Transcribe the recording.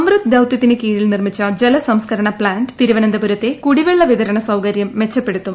അമ്യ ത് ദൌത്യത്തിന് കീഴിൽ നിർമ്മിച്ച ജലസംസ്കരണ പ്താന്റ് തിരുവനന്തപുരത്തെ കൂടിവെള്ള വിതരണ സൌകര്യം മെച്ചപ്പെടുത്തും